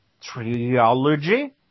trilogy